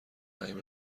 زنگ